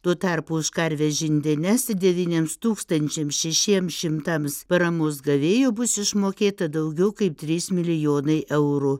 tuo tarpu už karves žindenes devyniems tūkstančiams šešiems šimtams paramos gavėjo bus išmokėta daugiau kaip trys milijonai eurų